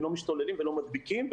לא משתוללים ולא מדביקים,